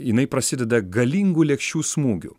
jinai prasideda galingu lėkščių smūgiu